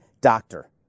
doctor